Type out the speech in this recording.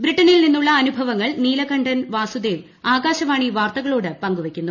ബ്രിട്ടണിൽ നിന്നുള്ള അനുഭവങ്ങൾ നീലകണ്ഠൻ വാസുദേവ് ആകാശവാണി വാർത്തകളോട് പങ്കുവയ്ക്കുന്നു